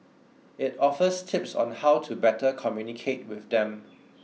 it offers tips on how to better communicate with them